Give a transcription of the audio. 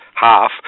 half